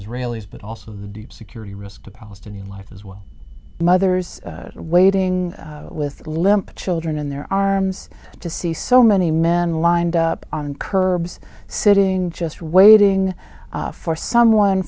israelis but also the deep security risks to palestinian life as well mothers waiting with limp children in their arms to see so many men lined up on curbs sitting just waiting for someone